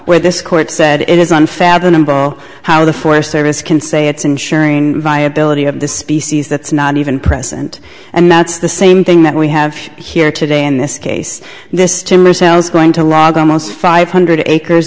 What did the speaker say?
where this court said it is unfathomable how the forest service can say it's ensuring viability of the species that's not even present and that's the same thing that we have here today in this case this is going to log almost five hundred acres